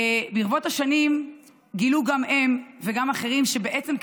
ברבות השנים גילו גם הם וגם אחרים שבעצם,